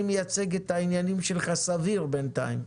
מייצג סביר את העניינים שלך בינתיים.